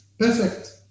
Perfect